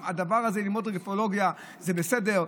שללמוד אקולוגיה זה בסדר,